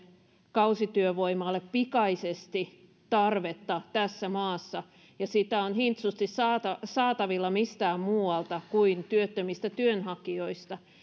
kausityövoimalle pikaisesti tarvetta tässä maassa ja sitä on hintsusti saatavilla mistään muualta kuin työttömistä työnhakijoista